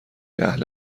اهل